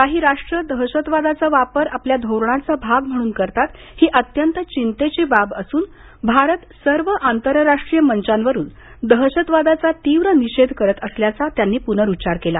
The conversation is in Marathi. काही राष्ट्र दहशतवादाचा वापर आपल्या धोरणाचा भाग म्हणून करतात ही अत्यंत चिंतेची बाब असून भारत सर्व आंतर राष्ट्रीय मंचांवरून दहशतवादाचा निषेध करत असल्याचा त्यांनी पुनरुच्चार केला